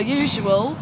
usual